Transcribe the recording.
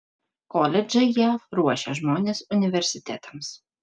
koledžai jav ruošia žmones universitetams